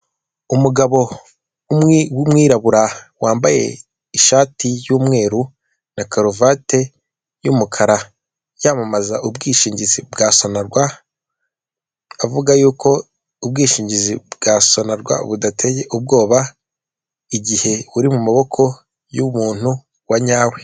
Umugabo umwe w'umwirabura wambaye ishati y'umweru na karuvati y'umukara yamamaza ubwishingizi bwa sonarwa, avuga yuko ubwishingizi bwa sonarwa budateye ubwoba igihe uri mu maboko y'umuntu wa nyawe.